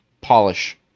polish